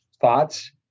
thoughts